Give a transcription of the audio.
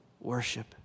worship